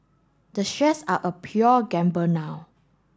the shares are a pure gamble now